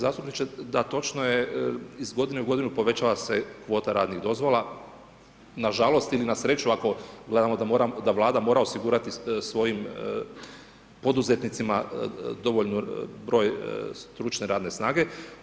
zastupniče, da točno je iz godinu u godinu povećava se kvota radnih dozvola, na žalost ili na sreću ako moramo, ako gledamo da vlada mora osigurati svojim poduzetnicima dovoljan broj stručne radne snage.